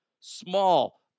Small